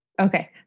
Okay